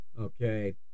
Okay